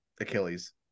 Achilles